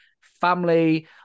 family